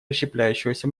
расщепляющегося